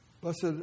Blessed